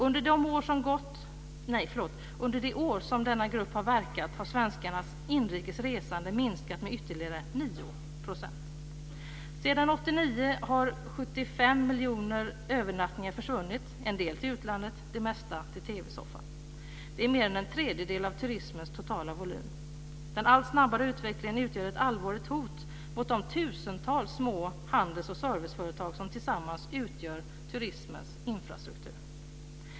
Under det år som denna grupp verkat har svenskarnas inrikes resande minskat med ytterligare 9 %. Sedan 1989 har 75 miljoner övernattningar försvunnit, en del till utlandet men de flesta till TV-soffan. Det motsvarar mer än en tredjedel av turismens totala volym. Den allt snabbare utvecklingen utgör ett allvarligt hot mot de tusentals små handels och serviceföretag som tillsammans utgör turismens infrastruktur.